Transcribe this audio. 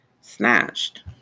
snatched